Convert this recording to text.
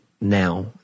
now